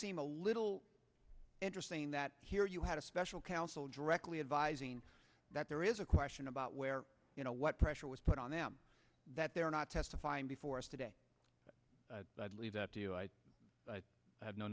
seem a little interesting that here you had a special counsel directly advising that there is a question about where you know what pressure was put on them that they're not testifying before us today i'd leave that to you i have no